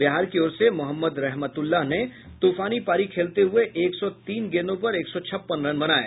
बिहार की ओर से मोहम्मद रहमतउल्लाह ने तूफानी पारी खेलते हुये एक सौ तीन गेंदों पर एक सौ छप्पन रन बनाये